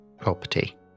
property